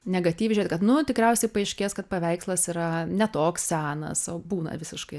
negatyviai žiūrėt kad nu tikriausiai paaiškės kad paveikslas yra ne toks senas o būna visiškai